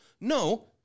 No